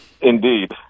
Indeed